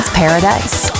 paradise